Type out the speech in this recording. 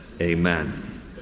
Amen